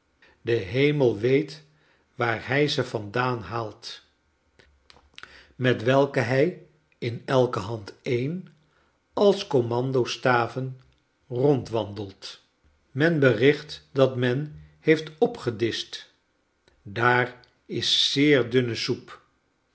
de hemel weet waar hij ze vandaan haalt met welke hij inelke hand een als commando staven rondwandelt men bericht dat men heeft opgedischt daar is zeer dunne soep